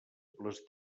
les